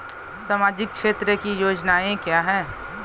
सामाजिक क्षेत्र की योजनाएं क्या हैं?